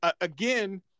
again